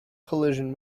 collision